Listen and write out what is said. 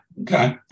Okay